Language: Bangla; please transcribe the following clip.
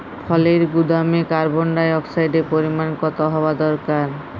ফলের গুদামে কার্বন ডাই অক্সাইডের পরিমাণ কত হওয়া দরকার?